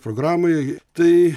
programoj tai